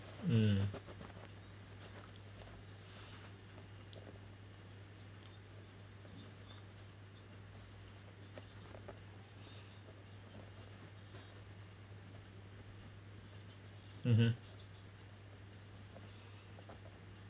mm mmhmm